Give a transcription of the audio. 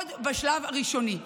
עוד בשלב הראשוני.